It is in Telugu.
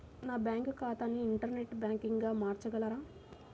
నా బ్యాంక్ ఖాతాని ఇంటర్నెట్ బ్యాంకింగ్గా మార్చగలరా?